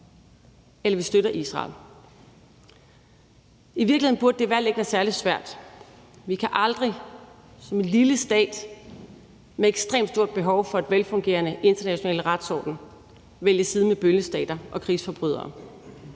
eller om vi støtter Israel. Kl. 13:14 I virkeligheden burde det valg ikke være særlig svært. Vi kan aldrig som en lille stat med ekstremt stort behov for en velfungerende international retsorden vælge side med bøllestater og krigsforbrydere.